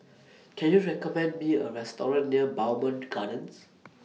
Can YOU recommend Me A Restaurant near Bowmont Gardens